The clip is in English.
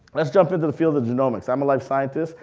let's jump into the field of genomics. i'm a life scientist.